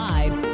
Live